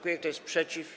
Kto jest przeciw?